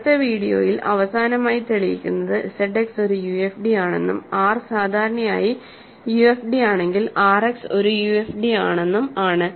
അടുത്ത വീഡിയോയിൽ അവസാനമായി തെളിയിക്കുന്നത് ZX ഒരു UFD ആണെന്നും R സാധാരണയായി UFD ആണെങ്കിൽ RX ഒരു UFD ആണെന്നും ആണ്